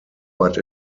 but